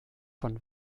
von